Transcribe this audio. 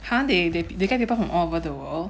!huh! they they they get people from all over the world